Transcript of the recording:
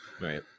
Right